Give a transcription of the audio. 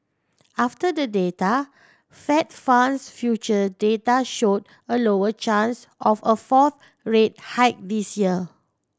after the data Fed funds future data showed a lower chance of a fourth rate hike this year